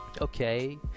okay